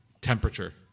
temperature